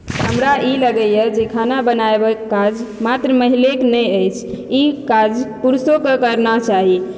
हमरा ई लागयए जे खाना बनाबयक काज मात्र महिलेक नहि अछि ई काज पुरुषोके करना चाही